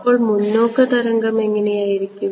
അപ്പോൾ മുന്നോക്ക തരംഗം എങ്ങനെയായിരിക്കും